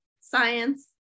science